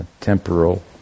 Temporal